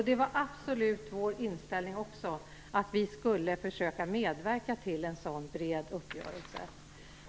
Det var absolut också vår inställning att vi skulle försöka medverka till en sådan bred uppgörelse.